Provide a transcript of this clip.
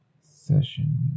Session